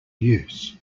use